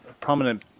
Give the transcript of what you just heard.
prominent